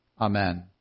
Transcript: Amen